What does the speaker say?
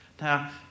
Now